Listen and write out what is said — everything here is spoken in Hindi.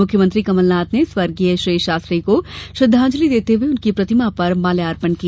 मुख्यमंत्री कमल नाथ ने स्वर्गीय श्री शास्त्री को श्रद्दांजलि देते हुए उनकी प्रतिमा पर माल्यार्पण किया